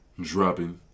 Dropping